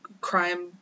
crime